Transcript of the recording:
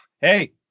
Hey